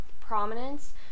prominence